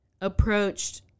approached